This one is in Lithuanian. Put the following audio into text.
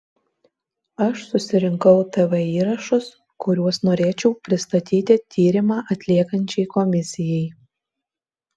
aš susirinkau tv įrašus kuriuos norėčiau pristatyti tyrimą atliekančiai komisijai